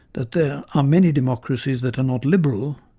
that there are many democracies that are not liberal,